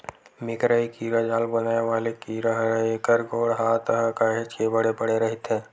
मेकरा ए कीरा जाल बनाय वाले कीरा हरय, एखर गोड़ हात ह काहेच के बड़े बड़े रहिथे